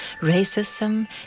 racism